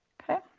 okay.